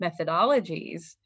methodologies